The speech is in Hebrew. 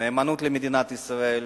נאמנות למדינת ישראל,